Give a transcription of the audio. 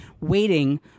waiting